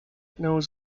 knows